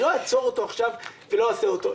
אני לא אעצור אותו עכשיו ולא אעשה אותו,